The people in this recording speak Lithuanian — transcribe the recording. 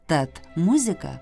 tad muzika